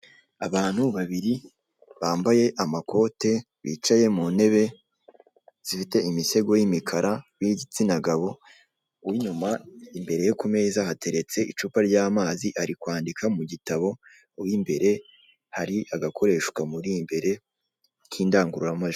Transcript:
Abantu babiri bambaye amakote bicaye mu ntebe zifite imisego y'imikara b'igitsina gabo, uw'inyuma imbere ye ku meza hateretse icupa ry'amazi ari kwandika mu gitabo uw'imbere hari agakoresho kamuri imbere k'indangururamajwi.